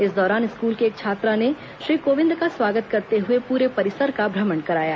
इस दौरान स्कूल की एक छात्रा ने श्री कोविंद का स्वागत करते हुए पूरे परिसर का भ्रमण कराया